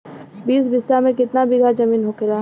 बीस बिस्सा में कितना बिघा जमीन होखेला?